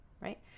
right